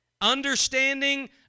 understanding